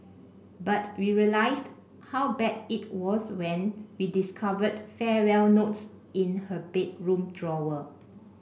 but we realised how bad it was when we discovered farewell notes in her bedroom drawer